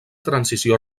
transició